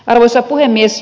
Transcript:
arvoisa puhemies